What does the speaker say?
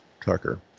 Tucker